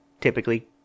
typically